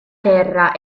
terra